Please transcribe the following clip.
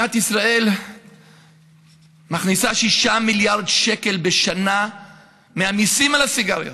מדינת ישראל מכניסה 6 מיליארד שקל בשנה מהמיסים על הסיגריות.